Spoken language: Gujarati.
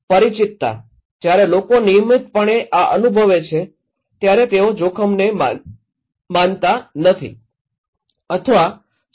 પરિચિતતા જ્યારે લોકો નિયમિતપણે આ અનુભવે છે ત્યારે તેઓ જોખમને માનતા નથી અથવા સ્વીકારતા નથી